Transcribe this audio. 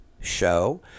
show